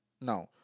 No